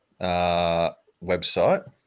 website